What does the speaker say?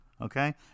okay